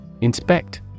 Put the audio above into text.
Inspect